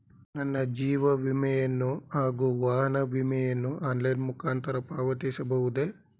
ನನ್ನ ಜೀವ ವಿಮೆಯನ್ನು ಹಾಗೂ ವಾಹನ ವಿಮೆಯನ್ನು ಆನ್ಲೈನ್ ಮುಖಾಂತರ ಪಾವತಿಸಬಹುದೇ?